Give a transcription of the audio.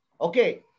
okay